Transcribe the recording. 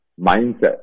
mindset